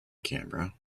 camera